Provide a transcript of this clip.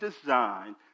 designed